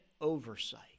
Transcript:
oversight